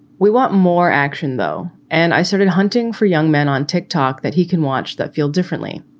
we want more action, though. and i started hunting for young men on ticktock that he can watch that feel differently.